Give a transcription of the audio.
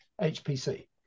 HPC